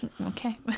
Okay